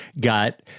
got